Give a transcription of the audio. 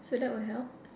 so that will help